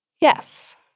yes